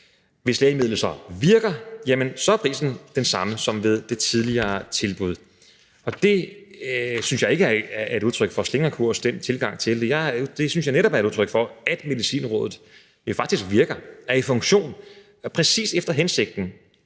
Hvis lægemidlet virker, er prisen den samme som ved det tidligere tilbud. Den tilgang til det synes jeg ikke er et udtryk for en slingrekurs. Den synes jeg netop er et udtryk for, at Medicinrådet faktisk virker, er i funktion præcis efter hensigten